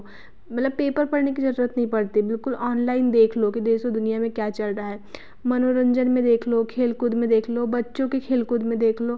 मतलब पेपर पढ़ने की ज़रूरत नहीं पड़ती बिलकुल ऑनलाइन देख लो कि देश और दुनिया में क्या चल रहा है मनोरंजन में देख लो खेल कूद में देख लो बच्चों के खेलकूद में देख लो